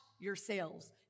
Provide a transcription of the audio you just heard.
yourselves